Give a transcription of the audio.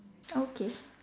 okay